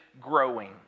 growing